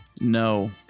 No